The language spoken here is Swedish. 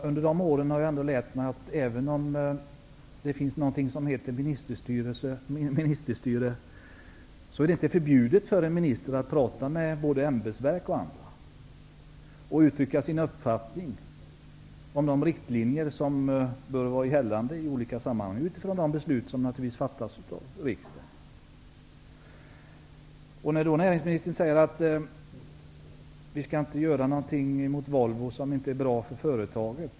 Under de åren har jag lärt mig att även om det finns något som heter ministerstyre, är det inte förbjudet för en minister att prata med företrädare både för ämbetsverk och för andra parter och uttrycka sin uppfattning om de riktlinjer som bör vara gällande i olika sammanhang, naturligtvis utifrån de beslut som fattas av riksdagen. Näringsministern säger att vi inte skall göra någonting mot Volvo som inte är bra för företaget.